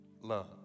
love